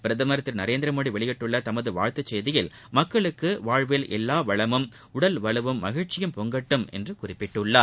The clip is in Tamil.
பிரதமர் திரு நரேந்திரமோடி வெளியிட்டுள்ள தமது வாழ்த்து செய்தியில் மக்களுக்கு வாழ்வில் எல்லா வளமும் உடல் வலுவும் மகிழ்ச்சியும் பொங்கட்டும் என்று குறிப்பிட்டுள்ளார்